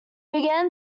began